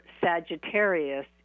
Sagittarius